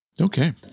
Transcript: Okay